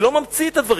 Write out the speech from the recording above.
אני לא ממציא את הדברים,